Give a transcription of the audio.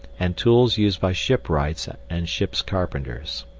and tools used by shipwrights and ships' carpenters.